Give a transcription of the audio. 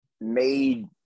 made